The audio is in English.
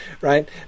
right